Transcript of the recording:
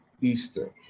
Easter